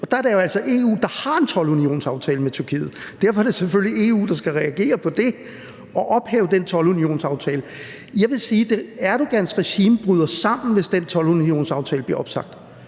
der er det jo altså EU, der har en toldunionsaftale med Tyrkiet, og derfor er det selvfølgelig EU, der skal reagere på det og ophæve den toldunionsaftale. Jeg vil sige, at Erdogans regime bryder sammen, hvis den toldunionsaftale bliver opsagt.